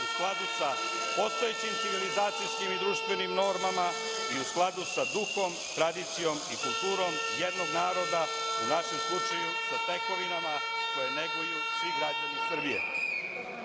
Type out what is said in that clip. u skladu sa postojećim civilizacijskim i društvenim normama i u skladu sa duhom, tradicijom i kulturom jednog naroda, u našem slučaju sa tekovinama koje neguju i građani Srbije. Znači,